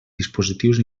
dispositius